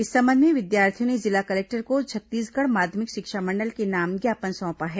इस संबंध में विद्यार्थियों ने जिला कलेक्टर को छत्तीसगढ़ माध्यमिक शिक्षा मंडल के नाम ज्ञापन सौंपा है